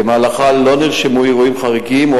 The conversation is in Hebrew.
במהלכה לא נרשמו אירועים חריגים או